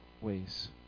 ways